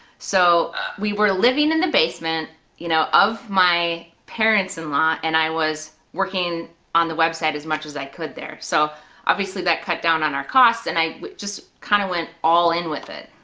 so we were living in the basement you know of my parents in-law and i was working on the website as much as i could there, so obviously that cut down on our costs and i just kind of went all in with it.